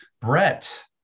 Brett